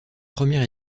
première